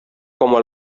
como